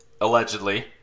allegedly